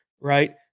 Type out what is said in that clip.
right